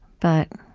but